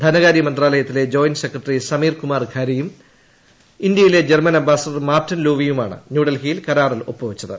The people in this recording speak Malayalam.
ധനകാര്യമന്ത്രാലയത്തിലെ ജോയിന്റ് സെക്രട്ടറി സമീർ കുമാർ ഖാരെയും ഇന്ത്യയിലെ ജർമ്മൻ അംബാസിഡർ മാർട്ടിൻ ലൂവിയുമാണ് ന്യൂഡൽഹിയിൽ കരാറിൽ ഒപ്പുവച്ചത്